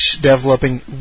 developing